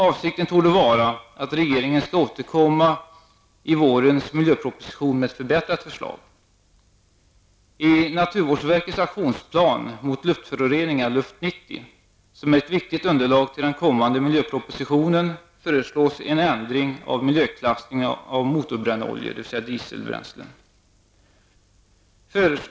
Avsikten torde vara att regeringen skall återkomma i vårens miljöproposition med ett förbättrat förslag. I naturvårdsverkets aktionsplan mot luftföroreningar, Luft 90, som är ett viktigt underlag för den kommande miljöpropositionen, föreslås en ändring av miljöklassningen av motorbrännoljor, dvs. dieselbränsle.